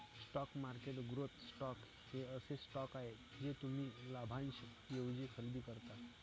stock market growth stocks हे असे stocks आहेत जे तुम्ही लाभांशाऐवजी खरेदी करता